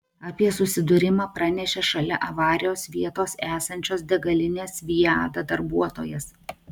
apie susidūrimą pranešė šalia avarijos vietos esančios degalinės viada darbuotojas